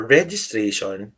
registration